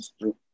true